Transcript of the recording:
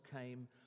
came